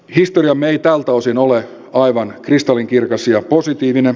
historiamme ei tältä osin ole aivan kristallinkirkas ja positiivinen